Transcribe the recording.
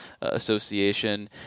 Association